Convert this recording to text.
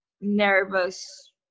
nervous